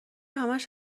همش